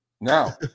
Now